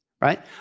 right